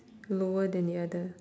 lower than the other